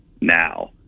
now